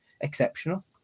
exceptional